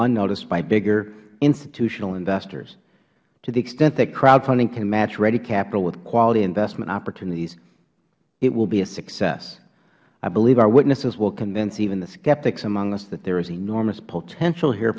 unnoticed by bigger institutional investors to the extent that crowdfunding can match ready capital with quality investment opportunities it will be a success i believe our witnesses will convince even the skeptics among us that there is enormous potential here